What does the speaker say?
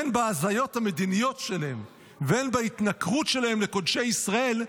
הן בהזיות המדיניות שלהם והן בהתנכרות שלהם לקודשי ישראל,